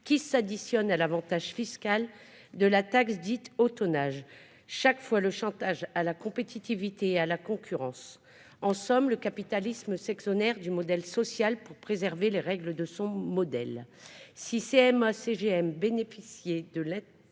qui s'ajoute à l'avantage fiscal de la taxe dite au tonnage. Chaque fois, le chantage à la compétitivité et à la concurrence est avancé. En somme, le capitalisme s'exonère du modèle social pour préserver les règles de son modèle. Si CMA CGM bénéficiait de l'intégralité